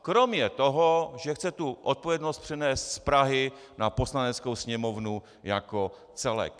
Kromě toho, že chce tu odpovědnost přenést z Prahy na Poslaneckou sněmovnu jako celek.